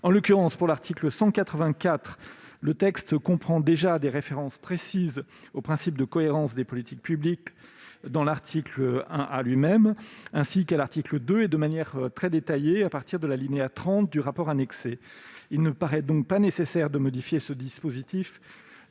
En l'occurrence, s'agissant de l'amendement n° 184, le texte comprend déjà des références précises au principe de cohérence des politiques publiques, dans l'article 1 A lui-même, ainsi qu'à l'article 2 et, de manière très détaillée, à partir de l'alinéa 30 du rapport annexé. Il ne paraît donc pas nécessaire de modifier ce dispositif